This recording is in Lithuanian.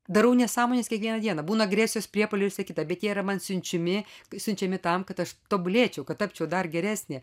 darau nesąmones kiekvieną dieną būna agresijos priepuoliai ir visa kita bet jie yra man siunčiami siunčiami tam kad aš tobulėčiau kad tapčiau dar geresnė